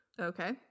okay